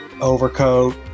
overcoat